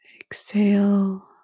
Exhale